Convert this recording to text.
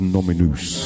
Nominus